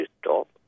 stop